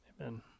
Amen